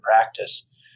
practice